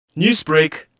Newsbreak